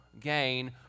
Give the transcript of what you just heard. gain